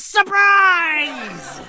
Surprise